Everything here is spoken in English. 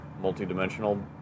multi-dimensional